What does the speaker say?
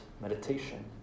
meditation